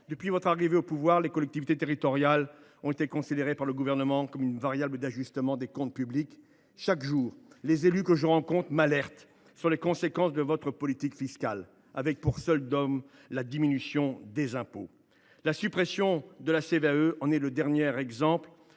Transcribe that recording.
Depuis votre arrivée au pouvoir, les collectivités territoriales sont considérées par le Gouvernement comme une variable d’ajustement des comptes publics. Chaque jour, les élus que je rencontre m’alertent sur les conséquences de votre politique fiscale, qui a pour seul dogme la diminution des impôts. La suppression de la cotisation sur la